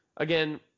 Again